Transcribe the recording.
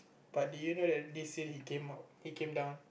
but do you know that this year he came out he came down